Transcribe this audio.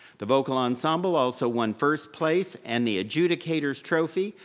the vocal ensemble also won first place and the adjudicators trophy,